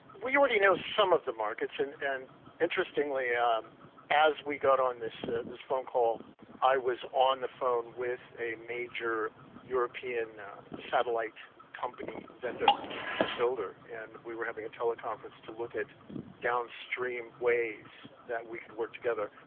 we already know some of the markets. and and interestingly, um as we got on this ah this phone call i was on the phone with a major european satellite company vendor and builder and we were having a teleconference to look at downstream ways that we could work together.